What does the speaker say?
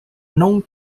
known